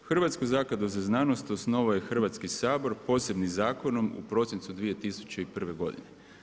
Hrvatsku zakladu za znanost osnovao je Hrvatski sabor posebnim zakonom u prosincu 2001. godine.